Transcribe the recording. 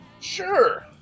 Sure